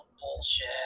bullshit